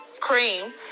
cream